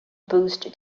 boost